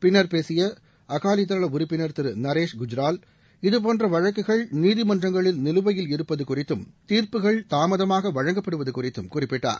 பின்னர் பேசிய அகாவி தள உறுப்பினர் திரு நரேஷ் குஜ்ரால் இதபோன்ற வழக்குகள் நீதிமன்றங்களில் நிலுவையில் இருப்பது குறித்தும் தீர்ப்புகள் தூமதமாக வழங்கப்படுவது குறித்தும் குறிப்பிட்டார்